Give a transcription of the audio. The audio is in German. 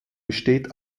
besteht